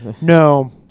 No